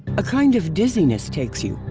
a kind of dizziness takes you,